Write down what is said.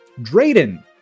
Drayden